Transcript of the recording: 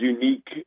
unique